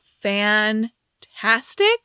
fantastic